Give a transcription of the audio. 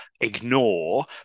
ignore